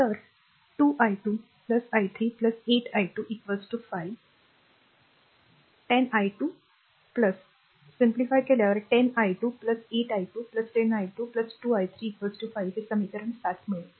तर 2 i2 i3 8 i2 5 oR10 i2 सरलीकरणानंतर 10 i2 i2 8 i2 10 i2 2 i3 5 हे समीकरण 7 मिळेल